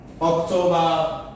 October